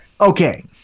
Okay